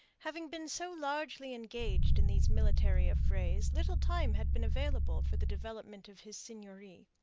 having been so largely engaged in these military affrays, little time had been available for the development of his seigneury.